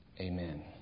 Amen